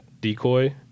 decoy